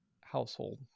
household